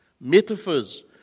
metaphors